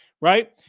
right